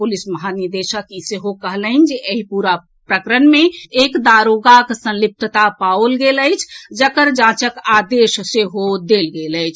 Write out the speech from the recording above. police महानिदेशक ई सेहो कहलनि जे एहि पूरा प्रकरण मे एक दारोगाक संलिप्तता पाओल गेल अछि जकर जांचक आदेश सेहो देल गेल अछि